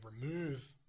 remove